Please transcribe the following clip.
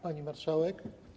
Pani Marszałek!